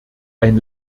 ein